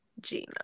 Gina